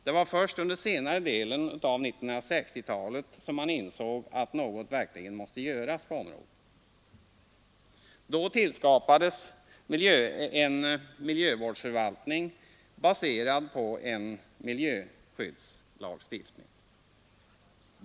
Det var först under senare delen av 1960-talet som man insåg att något verkligen måste göras på området. Då tillskapades en miljövårdsförvaltning baserad på en miljöskyddslagstiftning.